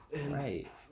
Right